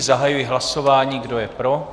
Zahajuji hlasování, kdo je pro?